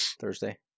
Thursday